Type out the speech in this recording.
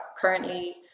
currently